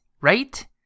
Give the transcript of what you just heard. Right